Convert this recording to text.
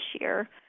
year